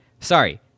Sorry